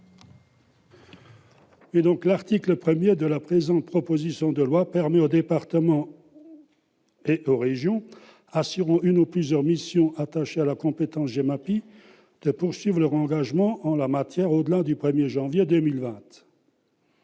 L'article 1de la présente proposition de loi permet aux départements et aux régions assurant une ou plusieurs des missions attachées à la compétence GEMAPI de poursuivre leurs engagements en la matière au-delà du 1janvier 2020.